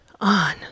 on